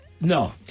No